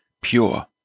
pure